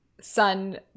son